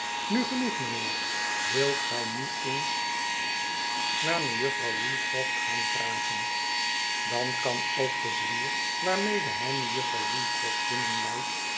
nu genoeg mijnheerl wilt gij nu eens naar mejuffer woolcroft gaan vragen dan kan ook de zwier waarmede hg mejuffer w